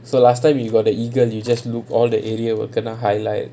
so last time you got the eagle you just look all the area we gonna highlight